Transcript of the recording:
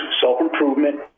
self-improvement